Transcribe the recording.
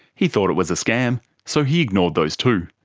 he thought it was a scam so he ignored those too.